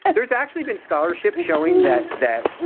and there's actually been scholarship showing that that